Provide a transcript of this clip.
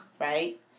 Right